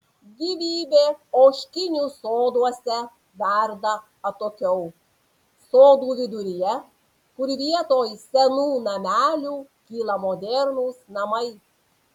gyvybė ožkinių soduose verda atokiau sodų viduryje kur vietoj senų namelių kyla modernūs namai